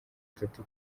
atatu